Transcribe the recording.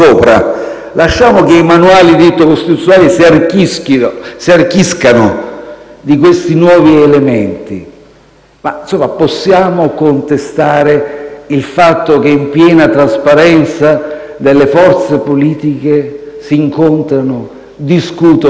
lasciamo che i manuali di diritto costituzionale si arricchiscano di questi nuovi elementi. Ma possiamo contestare il fatto che, in piena trasparenza, delle forze politiche si incontrano, discutono